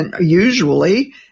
usually